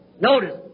Notice